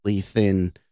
thin